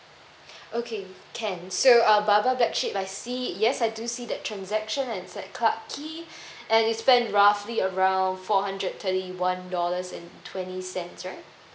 okay can so uh bar bar black sheep I see yes I do see that transaction and it's at clarke quay and you spend roughly around four hundred thirty one dollars and twenty cents right